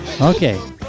Okay